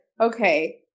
okay